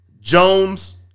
Jones